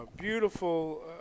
beautiful